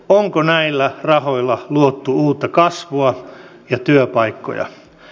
onko näillä rahoilla luotu uutta kasvua ja työpaikkoja